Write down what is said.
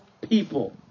people